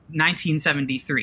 1973